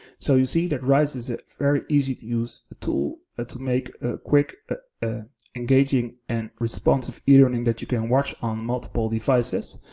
so you see that rise is a very easy to use tool ah to make a quick engaging and responsive e-learning that you can watch on multiple devices.